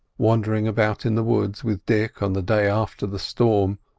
wandering about in the woods with dick on the day after the storm,